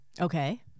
Okay